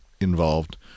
involved